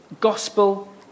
gospel